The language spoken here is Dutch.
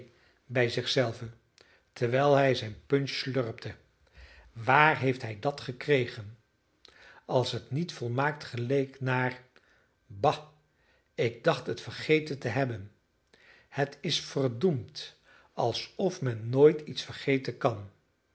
bij zich zelven terwijl hij zijn punch slurpte waar heeft hij dat gekregen als het niet volmaakt geleek naar ba ik dacht het vergeten te hebben het is verdoemd alsof men nooit iets vergeten kan